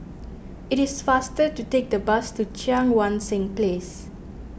it is faster to take the bus to Cheang Wan Seng Place